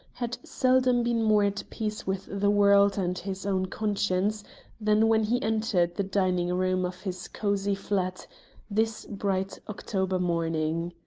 had seldom been more at peace with the world and his own conscience than when he entered the dining-room of his cosy flat this bright october morning.